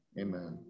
Amen